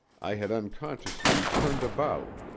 i had unconsciously turned about,